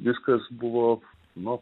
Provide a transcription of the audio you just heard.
viskas buvo nu